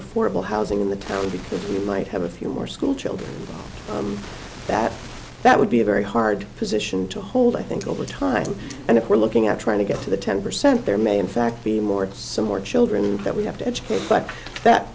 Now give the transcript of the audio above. affordable housing in the town because you might have a few more school children that that would be a very hard position to hold i think over time and if we're looking at trying to get to the ten percent there may in fact be more some more children that we have to educate but that